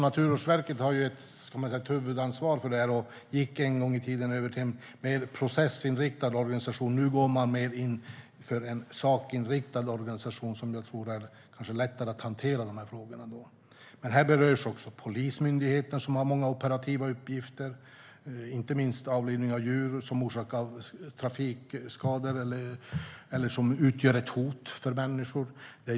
Naturvårdsverket, som har huvudansvaret för detta, gick en gång i tiden över till en mer processinriktad organisation. Nu går man mer in för en sakinriktad organisation, och därmed tror jag att det kanske blir lättare att hantera de här frågorna. Men här berörs också Polismyndigheten, som har många operativa uppgifter, inte minst avlivning av djur som orsakat trafikskador eller utgör ett hot för människor.